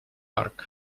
york